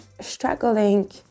struggling